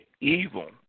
evil